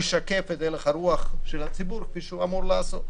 ישקף את הלך הרוח של הציבור כפי שהוא אמור לעשות.